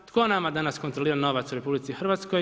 Tko nama danas kontrolira novac RH?